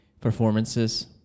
performances